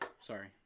sorry